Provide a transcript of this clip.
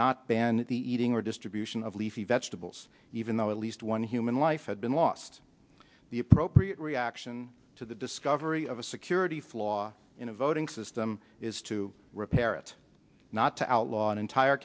not ban the eating or distribution of leafy vegetables even though at least one human life had been lost the appropriate reaction to the discovery of a security flaw in a voting system is to repair it not to outlaw an entire